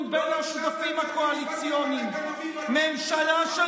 ולבסוף, ממשלה של